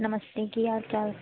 नमस्ते केह् हाल चाल